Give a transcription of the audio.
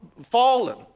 fallen